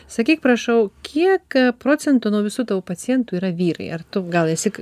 sakyk prašau kiek procentų nuo visų tavo pacientų yra vyrai ar tu gal esi